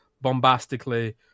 bombastically